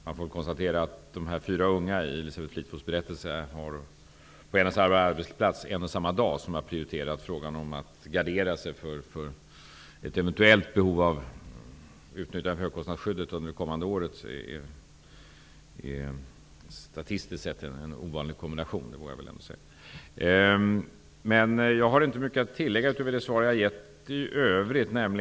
Man får väl konstatera att de fyra unga i Elisabeth Fleetwoods berättelse, på en och samma arbetsplats och dag, som velat gardera sig för ett eventuellt behov av att utnyttja högkostnadsskyddet under det kommande året utgör en statistiskt sett ovanlig kombination. Det vågar jag nog säga. Jag har inte mycket att tillägga utöver det svar jag har gett i övrigt.